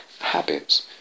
habits